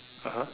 (uh huh)